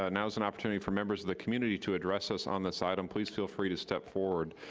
ah now's an opportunity for members of the community to address us on this item, please feel free to step forward.